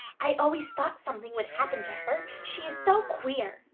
i always thought something would happen to her, she is so queer.